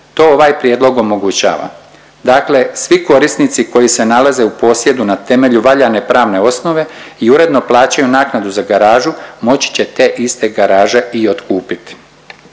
To ovaj prijedlog omogućava. Dakle svi korisnici koji se nalaze u posjedu na temelju valjane pravne osnove i uredno plaćaju naknadu za garažu, moći će te iste garaže i otkupiti.